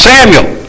Samuel